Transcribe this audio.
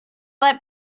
let